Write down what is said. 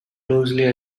closely